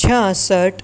છાંસઠ